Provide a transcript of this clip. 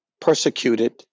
persecuted